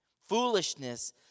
Foolishness